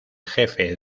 jefe